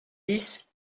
dix